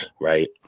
right